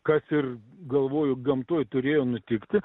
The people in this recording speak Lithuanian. kas ir galvoju gamtoj turėjo nutikti